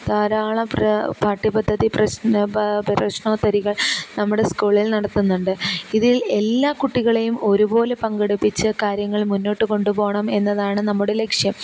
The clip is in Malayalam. ധാരാളം പാഠ്യപദ്ധതി പ്രശ്നമോ പ്രശ്നോത്തരികൾ നമ്മുടെ സ്കൂളിൽ നടത്തുന്നുണ്ട് ഇതിൽ എല്ലാ കുട്ടികളെയും ഒരുപോലെ പങ്കെടുപ്പിച്ചു കാര്യങ്ങൾ മുന്നോട്ട് കൊണ്ടു പോകണം എന്നതാണ് നമ്മുടെ ലക്ഷ്യം